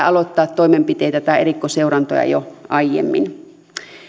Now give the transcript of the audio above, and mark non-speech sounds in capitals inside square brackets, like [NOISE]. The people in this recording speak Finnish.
[UNINTELLIGIBLE] aloittaa toimenpiteitä tai erikoisseurantoja jo aiemmin